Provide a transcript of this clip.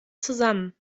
zusammen